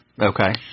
Okay